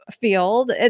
field